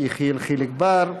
יחיאל חיליק בר.